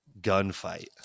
gunfight